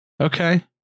Okay